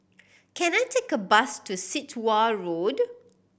can I take a bus to Sit Wah Road